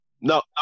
No